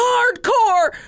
Hardcore